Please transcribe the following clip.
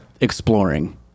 exploring